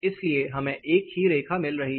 इसलिए हमें एक ही रेखा मिल रही है